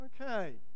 Okay